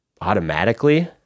Automatically